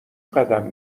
قدم